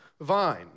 vine